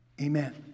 Amen